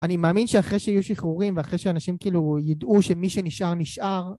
אני מאמין שאחרי שיהיו שחרורים ואחרי שאנשים כאילו ידעו שמי שנשאר נשאר